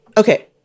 Okay